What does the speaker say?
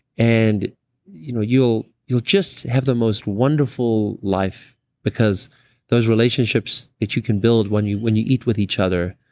and you know you'll you'll just have the most wonderful life because those relationships that you can build when you when you eat with each other,